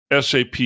SAP